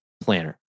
planner